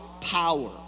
power